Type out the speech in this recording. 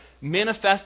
manifest